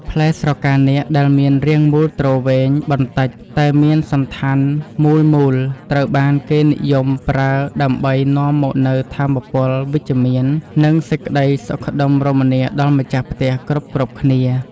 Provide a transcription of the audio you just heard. ផ្លែស្រកានាគដែលមានរាងមូលទ្រវែងបន្តិចតែមានសណ្ឋានមូលមូលត្រូវបានគេនិយមប្រើដើម្បីនាំមកនូវថាមពលវិជ្ជមាន និង សេចក្តីសុខដុមរមនាដល់ម្ចាស់ផ្ទះគ្រប់ៗគ្នា។